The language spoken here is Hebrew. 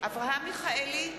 אברהם מיכאלי,